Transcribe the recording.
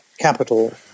capital